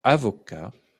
avocat